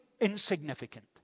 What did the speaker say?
insignificant